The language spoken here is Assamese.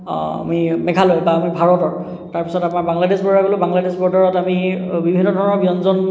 আমি মেঘালয় বা আমি ভাৰতৰ তাৰপিছত আমাৰ বাংলাদেশ ব'ৰ্ডাৰ গ'লোঁ বাংলাদে শ ব'ৰ্ডাৰত আমি বিভিন্ন ধৰণৰ ব্যঞ্জন